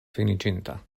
finiĝinta